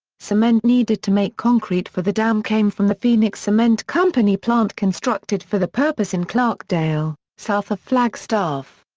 cement needed to make concrete for the dam came from the phoenix cement company plant constructed for the purpose in clarkdale, south of flagstaff.